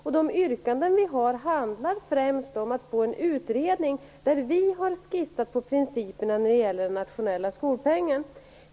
Våra yrkanden handlar främst om att vi vill att en utredning tillsätts. Vi har också skissat på principerna för den nationella skolpengen.